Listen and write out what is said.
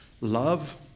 Love